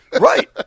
Right